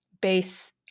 base